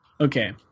Okay